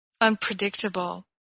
unpredictable